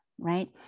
right